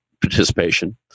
participation